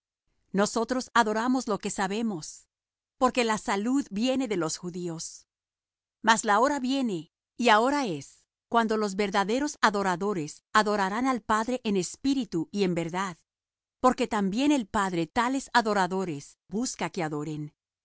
nosotros adoramos lo que sabemos porque la salud viene de los judíos mas la hora viene y ahora es cuando los verdaderos adoradores adorarán al padre en espíritu y en verdad porque también el padre tales adoradores busca que adoren